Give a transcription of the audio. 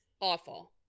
Awful